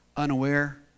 unaware